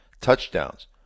Touchdowns